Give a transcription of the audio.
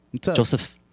Joseph